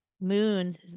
Moons